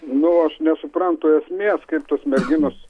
nu aš nesuprantu esmės kaip tos merginos